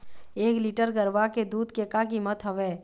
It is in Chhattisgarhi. एक लीटर गरवा के दूध के का कीमत हवए?